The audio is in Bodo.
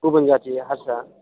गुबुन जाथि हारसा